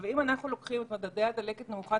אם אנחנו לוקחים את מדדי דלקת נמוכת